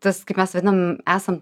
tas kaip mes vadinam esam